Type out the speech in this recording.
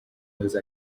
those